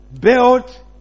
built